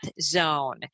zone